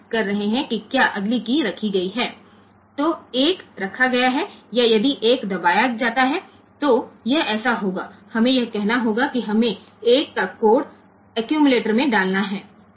તેથી 1 મૂકવામાં આવ્યો છે કે નહીં તેથી જો 1 દબાવવામાં આવે તો તે આવું થશે આપણે કહેવું પડશે કે આપણે એક નો કોડ એક્યુમ્યુલેટર માં મૂકવાનો છે